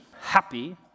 happy